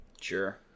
Sure